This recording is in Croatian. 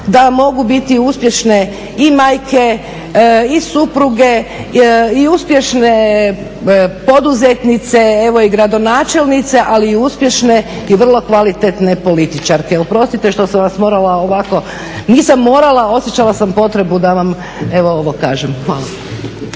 da mogu biti uspješne i majke i supruge i uspješne poduzetnice, evo i gradonačelnice, ali i uspješne i vrlo kvalitetne političarke. Oprostite što sam vas morala ovako, nisam morala, osjećala sam potrebu da vam evo ovo kažem. Hvala.